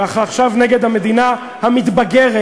ועכשיו נגד המדינה המתבגרת,